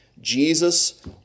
Jesus